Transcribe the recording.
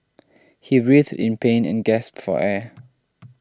he writhed in pain and gasped for air